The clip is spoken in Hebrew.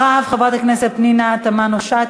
אחריו, חברת הכנסת פנינה תמנו-שטה,